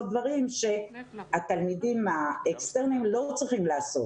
דברים שהתלמידים האקסטרניים לא צריכים לעשות,